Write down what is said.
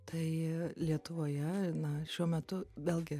tai lietuvoje na šiuo metu vėlgi